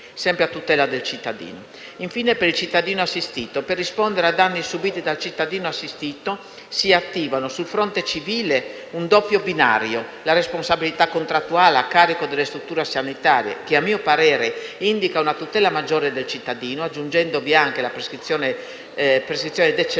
a tutela dei cittadini. Infine, per rispondere a danni subiti dal cittadino assistito si attiva sul fronte civile un doppio binario: la responsabilità contrattuale a carico delle strutture sanitarie che, a mio parere, indica una tutela maggiore del cittadino, aggiungendovi anche la prescrizione decennale